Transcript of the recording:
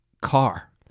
car